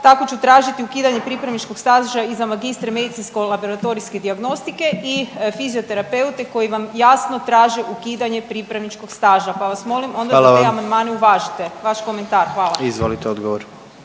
tako će tražiti i ukidanje pripravničkog staža i za magistre medicinsko laboratorijske dijagnostike i fizioterapeute koji vam jasno traže ukidanje pripravničkog staža, pa vas molim onda da te …/Upadica: Hvala vam./… amandmane uvažite.